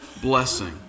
blessing